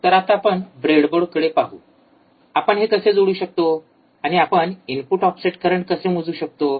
तर आता आपण ब्रेडबोर्डवर पाहू आपण हे कसे जोडू शकतो आणि आपण इनपुट ऑफसेट करंट कसे मोजू शकतो